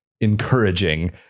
encouraging